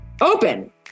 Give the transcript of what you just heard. open